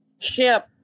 ship